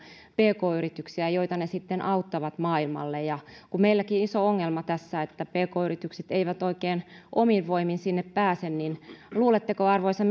pk yrityksiä joita ne sitten auttavat maailmalle kun meilläkin on iso ongelma tässä että pk yritykset eivät oikein omin voimin sinne pääse niin luuletteko arvoisa